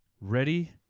ready